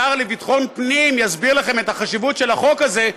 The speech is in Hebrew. השר לביטחון הפנים יסביר לכם את החשיבות של החוק הזה,